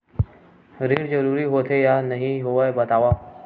ऋण जरूरी होथे या नहीं होवाए बतावव?